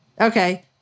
Okay